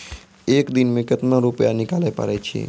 एक दिन मे केतना रुपैया निकाले पारै छी?